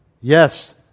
Yes